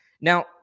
Now